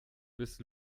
bis